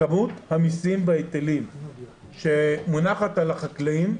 כמות המסים וההיטלים שמונחת על החקלאים,